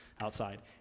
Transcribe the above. outside